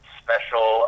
special